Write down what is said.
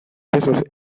besos